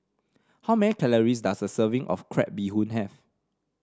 how many calories does a serving of Crab Bee Hoon have